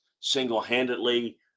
single-handedly